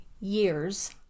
years